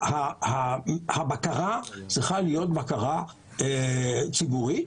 הבקרה צריכה להיות בקרה ציבורית.